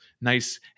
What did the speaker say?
Nice